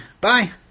Bye